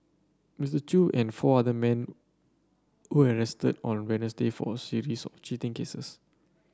Mister Chew and four other men were arrested on for series of cheating cases